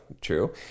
true